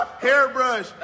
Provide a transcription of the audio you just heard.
hairbrush